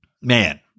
man